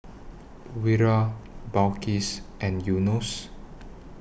Wira Balqis and Yunos